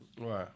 Right